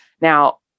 Now